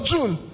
June